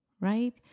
right